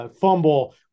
fumble